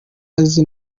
azi